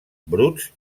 bruts